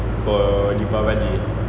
for deepavali